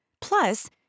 Plus